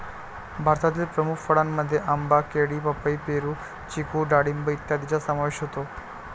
भारतातील प्रमुख फळांमध्ये आंबा, केळी, पपई, पेरू, चिकू डाळिंब इत्यादींचा समावेश होतो